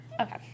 okay